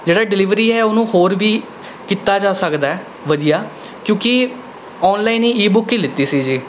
ਜਿਹੜੀ ਡਿਲੀਵਰੀ ਹੈ ਉਹਨੂੰ ਹੋਰ ਵੀ ਕੀਤਾ ਜਾ ਸਕਦਾ ਹੈ ਵਧੀਆ ਕਿਉਂਕਿ ਔਨਲਾਈਨ ਹੀ ਈ ਬੁੱਕ ਹੀ ਲਈ ਸੀ ਜੀ